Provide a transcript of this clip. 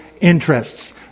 interests